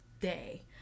day